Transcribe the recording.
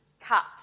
cut